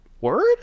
word